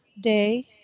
day